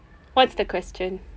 what's the question